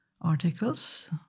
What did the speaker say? articles